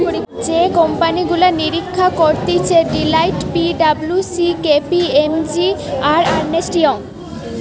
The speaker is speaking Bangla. যে কোম্পানি গুলা নিরীক্ষা করতিছে Deloitte, P W C, K P M G, আর আর্নেস্ট ইয়ং